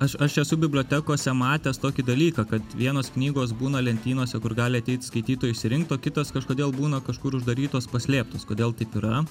aš aš esu bibliotekose matęs tokį dalyką kad vienos knygos būna lentynose kur gali ateit skaitytojai išsirinkt o kitos kažkodėl būna kažkur uždarytos paslėptos kodėl taip yra